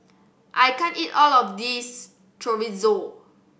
I can't eat all of this Chorizo